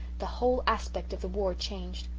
the whole aspect of the war changed.